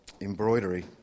embroidery